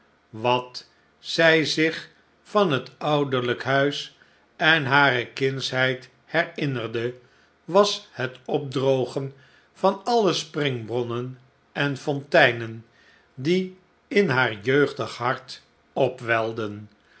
wat zij zich van het ouderlijke huis en hare kindsheid herinnerde was het opdrogen van alle springbronnen en fonteinen die in haar jeugdig hart opwelden